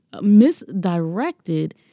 misdirected